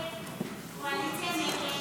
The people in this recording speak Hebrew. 41 נגד.